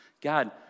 God